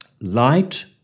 Light